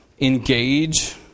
engage